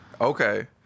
okay